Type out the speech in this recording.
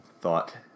thought